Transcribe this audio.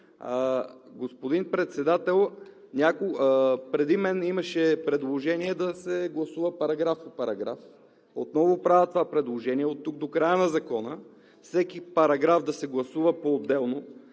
Господин Председател, преди мен имаше предложение да се гласува параграф по параграф. Отново правя това предложение: оттук до края на закона всеки параграф да се гласува поотделно,